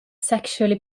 sexually